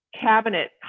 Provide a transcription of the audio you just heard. cabinet